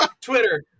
Twitter